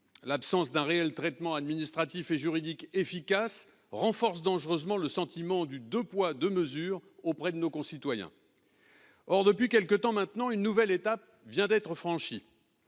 l'absence d'un réel traitement administratif et juridique efficace renforcent dangereusement le sentiment du 2 poids, 2 mesures auprès de nos concitoyens, or depuis quelques temps maintenant une nouvelle étape vient d'être franchie